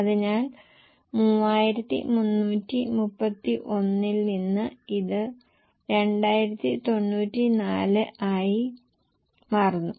അതിനാൽ 3331 ൽ നിന്ന് ഇത് 2094 ആയി മാറുന്നു